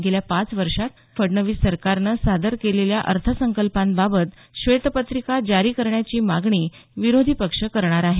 गेल्या पाच वर्षांत फडणवीस सरकारनं सादर केलेल्या अर्थसंकल्पांबाबत श्वेतपत्रिका जारी करण्याची मागणी विरोधी पक्ष करणार आहे